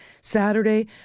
Saturday